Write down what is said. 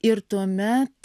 ir tuomet